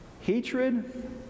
hatred